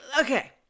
Okay